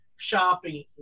shopping